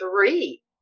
three